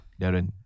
Darren